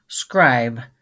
scribe